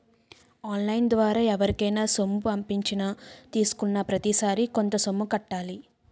on line ద్వారా ఎవరికైనా సొమ్ము పంపించినా తీసుకున్నాప్రతిసారి కొంత సొమ్ము కట్టాలి